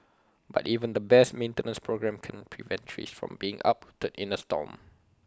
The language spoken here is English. but even the best maintenance programme can't prevent trees from being uprooted in A storm